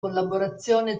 collaborazione